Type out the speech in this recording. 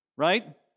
right